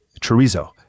chorizo